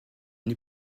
une